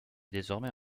désormais